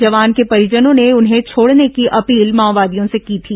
जवान के परिजनों ने उन्हें छोड़ने की अपील माओवादियों से की थी